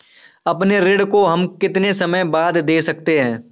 अपने ऋण को हम कितने समय बाद दे सकते हैं?